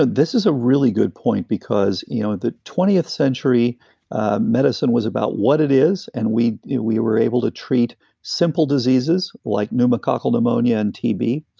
ah this is a really good point because you know the twentieth century ah medicine was about what it is, and we we were able to treat simple diseases, like pneumococcal pneumonia and tb.